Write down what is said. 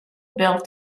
built